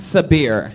Sabir